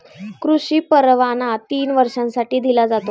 कृषी परवाना तीन वर्षांसाठी दिला जातो